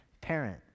parent